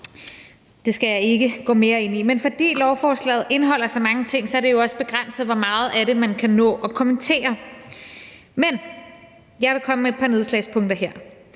Det skal jeg ikke gå mere ind i; men fordi lovforslaget indeholder så mange ting, er det jo også begrænset, hvor meget af det man kan nå at kommentere, men jeg vil komme med et par enkelte nedslagspunkter her.